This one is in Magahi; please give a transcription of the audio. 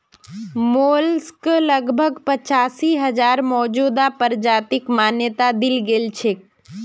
मोलस्क लगभग पचासी हजार मौजूदा प्रजातिक मान्यता दील गेल छेक